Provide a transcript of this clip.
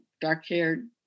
dark-haired